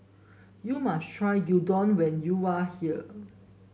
you must try Gyudon when you are here